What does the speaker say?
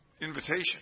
invitation